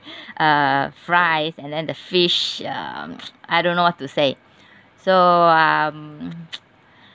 uh fries and then the fish um I don't know what to say so um